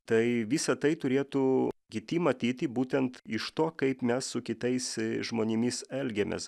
tai visa tai turėtų kiti matyti būtent iš to kaip mes su kitais žmonėmis elgiamės